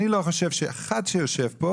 אני לא חושב שאחד שיושב פה